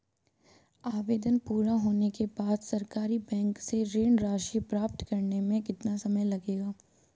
आवेदन पूरा होने के बाद सरकारी बैंक से ऋण राशि प्राप्त करने में कितना समय लगेगा?